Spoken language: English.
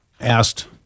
asked